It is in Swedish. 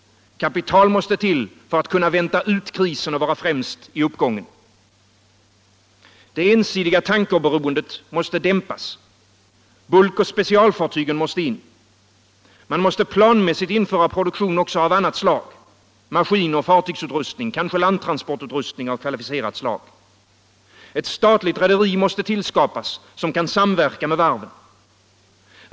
Kapital måste till för att kunna vänta ut krisen och vara främst i uppgången. Det ensidiga tankerberoendet måste dämpas. Bulkoch specialfartygen måste in. Man måste planmässigt införa produktion också av annat slag: maskiner, fartygsutrustning, kanske landtransportutrustning av kvalificerat slag. Ett statligt rederi måste tillskapas som kan samverka med varven.